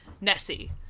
Nessie